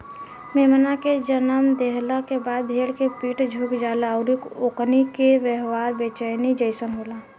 मेमना के जनम देहला के बाद भेड़ के पीठ झुक जाला अउरी ओकनी के व्यवहार बेचैनी जइसन होला